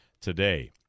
today